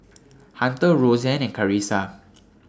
Hunter Rosann and Karissa